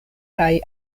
kaj